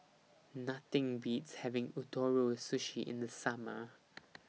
Nothing Beats having Ootoro Sushi in The Summer